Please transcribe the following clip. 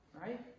Right